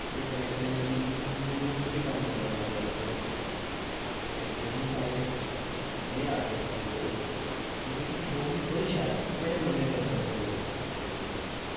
ओह्दे कन्नै कन्नै मिगी न्यूज रूम च बी कम्म करने दा मौका लब्भेआ फ्ही केईं सारे नेह् आर्टिस्ट हे जि'नें गी डोगरी बड़ी शैल बड़े मन्ने परमन्ने दे लोग हे डोगरी दे